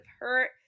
hurt